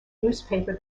newspaper